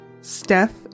Steph